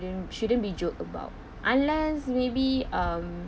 shouldn't shouldn't be joked about unless maybe um